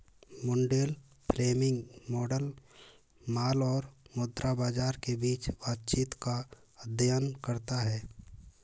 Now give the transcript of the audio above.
Mundell Fleming model माल और मुद्रा बाजार के बीच बातचीत का अध्ययन करता है